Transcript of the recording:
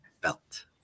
belt